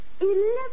Eleven